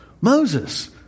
Moses